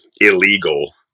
illegal